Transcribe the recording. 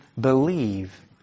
believe